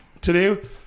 Today